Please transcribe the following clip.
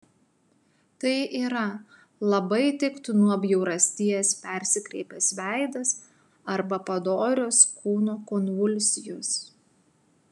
tai yra labai tiktų nuo bjaurasties persikreipęs veidas arba padorios kūno konvulsijos